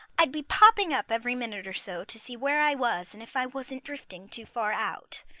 i'd be popping up every minute or so to see where i was and if i wasn't drifting too far out.